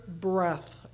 breath